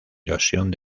erosión